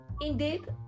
indeed